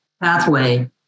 pathway